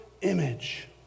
image